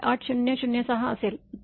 ८००६ असेल